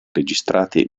registrati